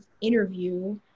interview